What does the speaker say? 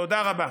תודה רבה.